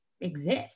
exist